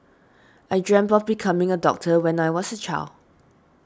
I dreamt of becoming a doctor when I was a child